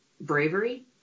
bravery